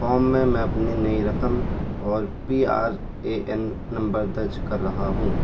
فام میں میں اپنی نئی رقم اور P R A N number درج کر رہا ہوں